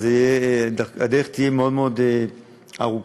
אבל הדרך תהיה מאוד מאוד ארוכה.